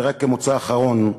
ורק כמוצא אחרון,